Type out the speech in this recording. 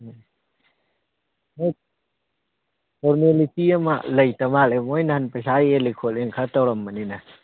ꯎꯝ formality ꯑꯃ ꯂꯩꯇ ꯃꯥꯜꯂꯦ ꯃꯣꯏ ꯅꯍꯥꯟ ꯄꯩꯁꯥ ꯌꯦꯜꯂꯤ ꯈꯣꯠꯂꯦꯅ ꯈꯔ ꯇꯧꯔꯝꯕꯅꯤꯅꯦ